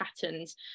patterns